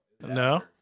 No